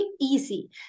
easy